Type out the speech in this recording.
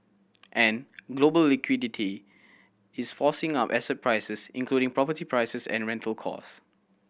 and global liquidity is forcing up asset prices including property prices and rental cost